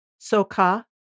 Soka